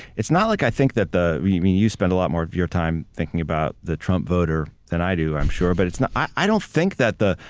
it's not like i think that the, i mean you spend a lot more of your time thinking about the trump voter than i do i'm sure. but it's not, i don't think that the,